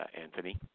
Anthony